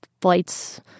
flights